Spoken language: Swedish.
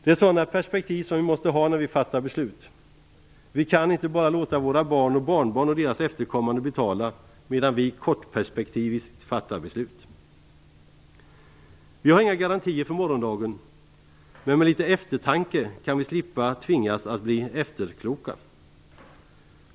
Det är sådana perspektiv som vi måste ha när vi fattar beslut. Vi kan inte bara låta våra barn och barnbarn och deras efterkommande betala, medan vi kortperspektiviskt fattar beslut. Vi har inga garantier för morgondagen, men med litet eftertanke kan vi slippa tvingas att bli efterkloka.